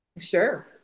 Sure